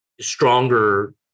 stronger